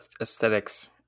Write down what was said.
aesthetics